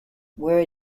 were